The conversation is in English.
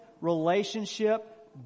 relationship